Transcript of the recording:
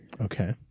Okay